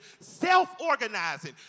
self-organizing